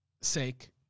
sake